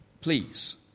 please